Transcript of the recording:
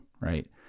right